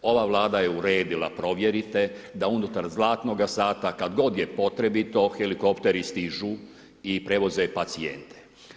Ova Vlada je uredila provjerite, da unutar zlatnoga sata kad god je potrebito, helikopteri stižu i prevoze pacijente.